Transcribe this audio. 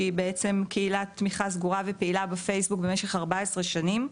שהיא קהילת תמיכה סגורה ופעילה בפייסבוק במשך כ-14 שנים,